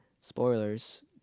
Spoilers